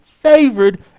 favored